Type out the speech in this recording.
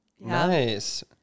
nice